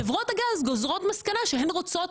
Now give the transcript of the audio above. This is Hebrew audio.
חברות הגז גוזרות מסקנה שהן רוצות